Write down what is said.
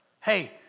Hey